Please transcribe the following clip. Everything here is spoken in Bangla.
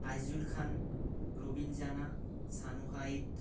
আইজুল খান রবীন জানা সানু হাইত